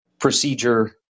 procedure